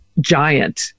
giant